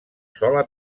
sola